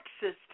system